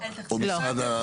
ההתחדשות העירונית אחראית על זה?